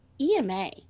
EMA